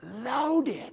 loaded